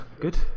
Good